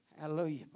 Hallelujah